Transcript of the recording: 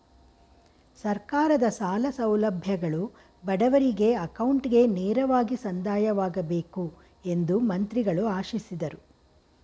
ಸರ್ಕಾರದ ಸಾಲ ಸೌಲಭ್ಯಗಳು ಬಡವರಿಗೆ ಅಕೌಂಟ್ಗೆ ನೇರವಾಗಿ ಸಂದಾಯವಾಗಬೇಕು ಎಂದು ಮಂತ್ರಿಗಳು ಆಶಿಸಿದರು